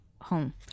home